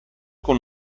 con